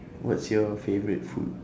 what's your favourite food